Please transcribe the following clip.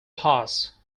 horse